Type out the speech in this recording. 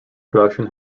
production